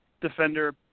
defender